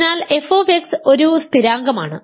അതിനാൽ f ഒരു സ്ഥിരാങ്കമാണ്